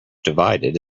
divided